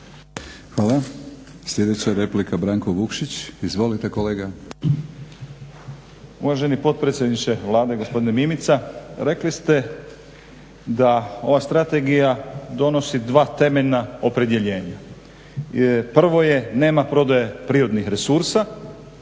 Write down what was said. (Hrvatski laburisti - Stranka rada)** Uvaženi potpredsjedniče Vlade, gospodine Mimica rekli ste da ova strategija donosi dva temeljna opredjeljenja. Prvo je nema prodaje prirodnih resursa.